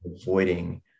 avoiding